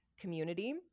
community